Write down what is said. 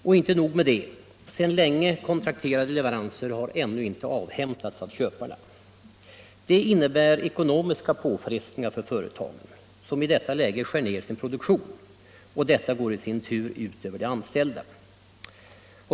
Och inte nog med det — sedan länge kontrakterade leveranser har ännu inte avhämtats av köparna. Det innebär ekonomiska påfrestningar för företagen, som i detta läge skär ner sin produktion. Detta går i sin tur ut över de anställda.